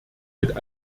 mit